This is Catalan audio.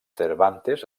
cervantes